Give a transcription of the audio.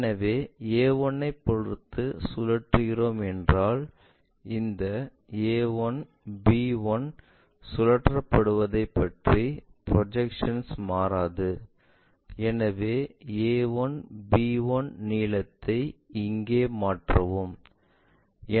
எனவே a 1 ஐ பொறுப்பு சுழற்றுகிறோம் என்றால் இவன் இந்த a1 b 1 சுழற்றப்படுவதைப் பற்றி ப்ரொஜெக்ஷன்ஸ் மாறாது எனவே a 1 b 1 நீளத்தை இங்கே மாற்றலாம்